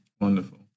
Wonderful